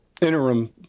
interim